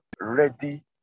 ready